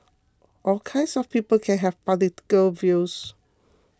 all kinds of people can have political views